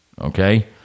Okay